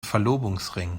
verlobungsring